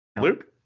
Luke